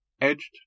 edged